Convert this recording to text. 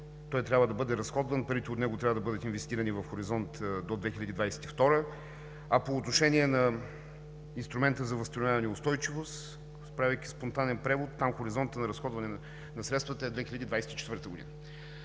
той трябва да бъде разходван, парите от него трябва да бъдат инвестирани в хоризонт до 2022 г., а по отношение на Инструмента за възстановяване и устойчивост, правейки спонтанен превод, там хоризонтът на разходване на средствата е 2024 г.